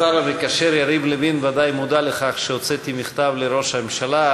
השר המקשר יריב לוין ודאי מודע לכך שהוצאתי מכתב לראש הממשלה,